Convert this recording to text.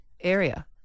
area